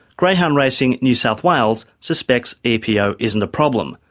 greyhound racing new south wales suspects epo isn't a problem,